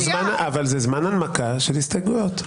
בזמן הנמקת הסתייגויות.